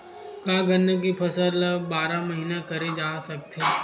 का गन्ना के फसल ल बारह महीन करे जा सकथे?